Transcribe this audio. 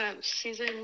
Season